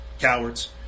cowards